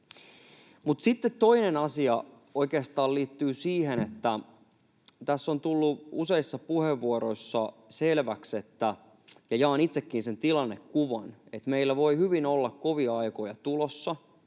Mutta sitten toinen asia oikeastaan liittyy siihen, että tässä on tullut useissa puheenvuoroissa selväksi — ja jaan itsekin sen tilannekuvan — että meillä voi hyvin olla kovia aikoja tulossa,